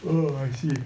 oh I see